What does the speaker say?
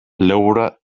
laura